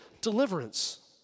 deliverance